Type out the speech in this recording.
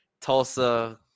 Tulsa